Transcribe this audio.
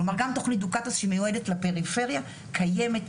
כלומר גם תכנית דוקאטס שמיועדת לפריפריה קיימת,